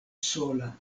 sola